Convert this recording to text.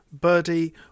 birdie